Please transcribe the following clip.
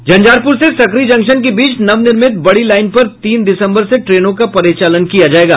झंझारपुर से सकरी जंक्शन के बीच नवनिर्मित बड़ी लाईन पर तीन दिसंबर से ट्रेनों का परिचालन किया जायेगा